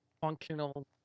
functional